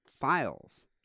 files